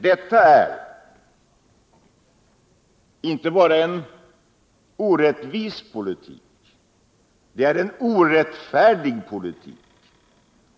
Detta är inte bara en orättvis politik — det är en orättfärdig politik.